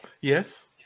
Yes